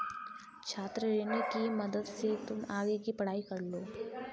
छात्र ऋण की मदद से तुम आगे की पढ़ाई कर लो